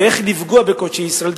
ואיך לפגוע בקודשי ישראל,